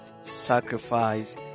sacrifice